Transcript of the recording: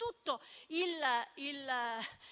ha tutto